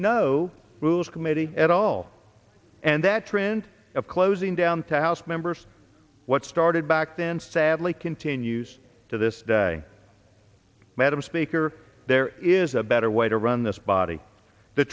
no rules committee at all and that trend of closing down to house members what started back then sadly continues to this day madam speaker there is a better way to run this body the